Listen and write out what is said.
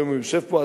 היום הוא יושב פה,